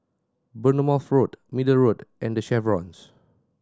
Bournemouth Road Middle Road and The Chevrons